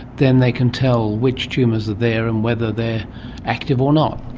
then they can tell which tumours are there and whether they are active or not?